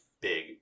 big